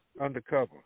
Undercover